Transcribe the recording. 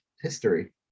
history